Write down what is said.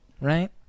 right